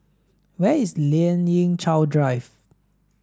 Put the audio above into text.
where is Lien Ying Chow Drive